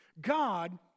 God